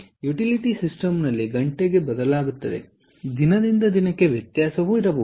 utility ಸಿಸ್ಟಮ್ನಲ್ಲಿ ಗಂಟೆಗೆ ದಿನದಿಂದ ದಿನಕ್ಕೆ ವ್ಯತ್ಯಾಸವೂ ಇರಬಹುದು